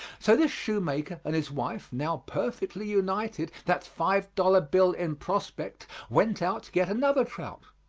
so this shoemaker and his wife, now perfectly united, that five dollar bill in prospect, went out to get another trout.